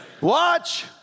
Watch